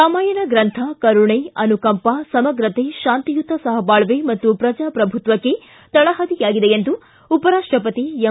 ರಾಮಾಯಣ ಗ್ರಂಥ ಕರುಣೆ ಅನುಕಂಪ ಸಮಗ್ರತೆ ಶಾಂತಿಯುತ ಸಹಬಾಳ್ವೆ ಮತ್ತು ಪ್ರಜಾಪ್ರಭುತ್ವಕ್ಷ ತಳಹದಿಯಾಗಿದೆ ಎಂದು ಉಪರಾಷ್ಟಪತಿ ಎಂ